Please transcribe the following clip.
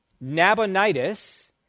Nabonidus